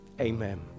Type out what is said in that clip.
Amen